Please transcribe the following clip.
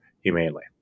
humanely